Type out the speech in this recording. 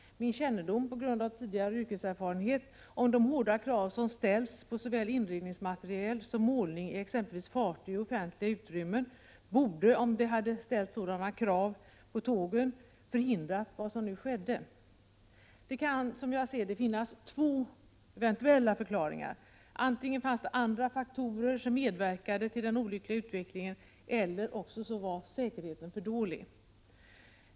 Jag har från tidigare verksamhet yrkeserfarenhet av de hårda krav som ställs på såväl inredningsmaterial som målning i exempelvis fartyg och offentliga utrymmen. Om motsvarande krav hade gällt för tågen, borde det som nu skedde ha kunnat förhindras. Som jag ser saken kan det finnas två förklaringar. Antingen var det andra faktorer som medverkade till den olyckliga utvecklingen eller också var säkerheten för dålig.